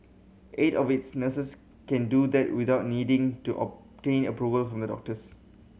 eight of its nurses can do that without needing to obtain approval from the doctors